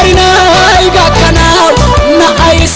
no no no i